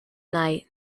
night